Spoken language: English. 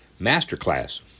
Masterclass